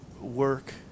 work